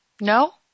No